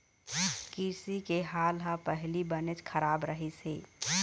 कृषि के हाल ह पहिली बनेच खराब रहिस हे